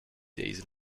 days